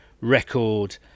record